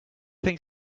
think